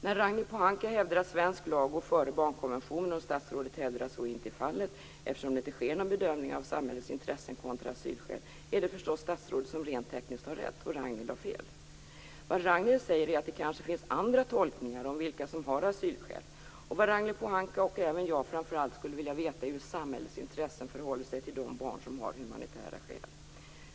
När Ragnhild Pohanka hävdar att svensk lag går före barnkonventionen och statsrådet hävdar att så inte är fallet, eftersom det inte sker någon bedömning av samhällets intressen kontra asylskäl, är det förstås statsrådet som rent tekniskt har rätt och Ragnhild Pohanka som har fel. Vad Ragnhild Pohanka säger är att det kanske finns andra tolkningar av vilka som har asylskäl. Vad Ragnhild Pohanka och även jag framför allt skulle vilja veta är hur samhällets intressen förhåller sig till de barn som har humanitära skäl.